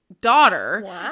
daughter